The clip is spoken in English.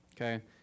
okay